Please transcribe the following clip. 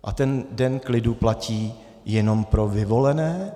A ten den klidu platí jenom pro vyvolené?